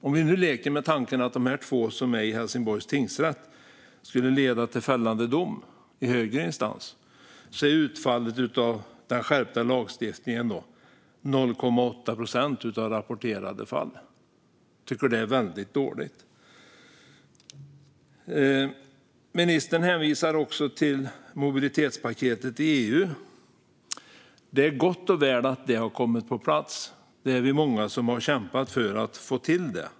Om vi nu leker med tanken att de två fallen i Helsingborgs tingsrätt skulle leda till fällande dom i högre instans är utfallet av den skärpta lagstiftningen 0,8 procent av rapporterade fall. Jag tycker att det är väldigt dåligt. Ministern hänvisar också till mobilitetspaketet i EU. Det är gott och väl att det har kommit på plats. Vi är många som har kämpat för att få till det.